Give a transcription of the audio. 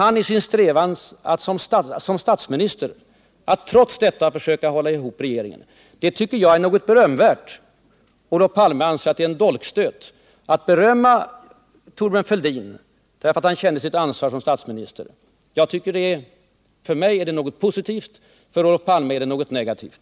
Jag tycker att detta är ett beröm, men Olof Palme anser att det är en dolkstöt. Att jag berömmer Thorbjörn Fälldin för att han kände sitt ansvar som statsminister framstår för mig som positivt, men för Olof Palme är det något negativt.